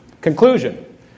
Conclusion